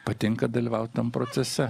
patinka dalyvaut tam procese